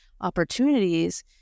opportunities